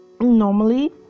Normally